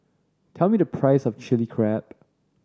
tell me the price of Chili Crab